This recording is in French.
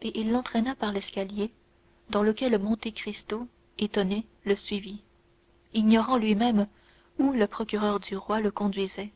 et il l'entraîna par l'escalier dans lequel monte cristo étonné le suivit ignorant lui-même où le procureur du roi le conduisait